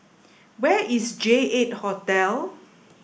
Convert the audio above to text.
where is J eight Hotel